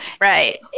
Right